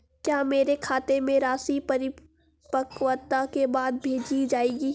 क्या मेरे खाते में राशि परिपक्वता के बाद भेजी जाएगी?